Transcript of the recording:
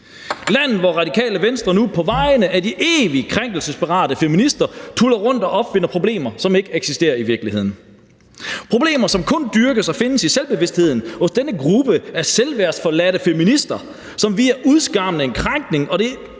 landet, hvor Radikale Venstre på vegne af de evige krænkelsesparate feminister tuller rundt og opfinder problemer, som ikke eksisterer i virkeligheden. Det er problemer, som kun dyrkes og findes i selvbevidstheden hos denne gruppe af selvværdsforladte feminister, som via udskamning, krænkelser og det